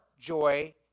joy